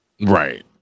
Right